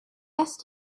asked